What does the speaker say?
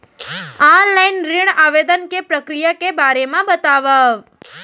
Online ऋण आवेदन के प्रक्रिया के बारे म बतावव?